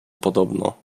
podobno